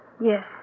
Yes